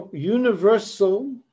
universal